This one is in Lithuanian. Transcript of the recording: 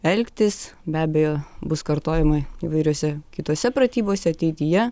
elgtis be abejo bus kartojimai įvairiose kitose pratybose ateityje